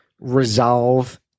resolve